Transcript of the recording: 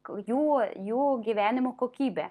jų jų gyvenimo kokybę